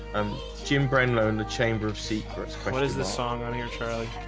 i'm jim brennan learn the chamber of secrets. what is the song on your child?